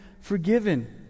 forgiven